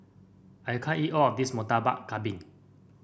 I can't eat all of this Murtabak Kambing